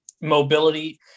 Mobility